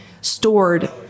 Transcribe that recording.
stored